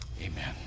Amen